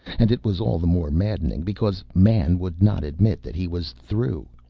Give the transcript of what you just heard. and it was all the more maddening because man would not admit that he was through.